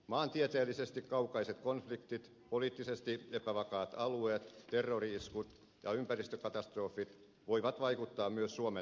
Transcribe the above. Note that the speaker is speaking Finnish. maantieteellisesti kaukaiset konfliktit poliittisesti epävakaat alueet terrori iskut ja ympäristökatastrofit voivat vaikuttaa myös suomen tilanteeseen